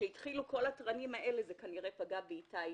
כשהתחילו עם כל התרנים והאנטנות האלה זה כנראה פגע באיתי.